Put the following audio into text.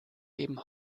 eben